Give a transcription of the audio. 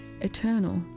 eternal